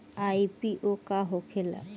IPO का होखेला?